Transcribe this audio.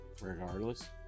regardless